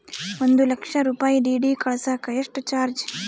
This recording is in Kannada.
ಒಂದು ಲಕ್ಷ ರೂಪಾಯಿ ಡಿ.ಡಿ ಕಳಸಾಕ ಎಷ್ಟು ಚಾರ್ಜ್?